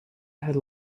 had